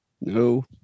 no